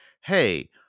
Hey